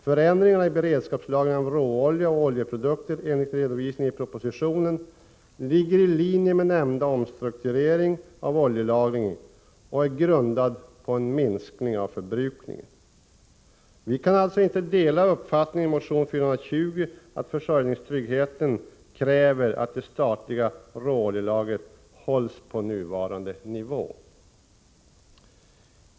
Förändringarna i beredskapslagringen av råolja och oljeprodukter enligt redovisningen i propositionen ligger i linje med nämnda omstrukturering av oljelagringen och är grundad på en minskning av förbrukningen. Vi kan alltså inte dela uppfattningen i motion 420 att försörjningstryggheten kräver att det statliga råoljelagret behålls på nuvarande nivå.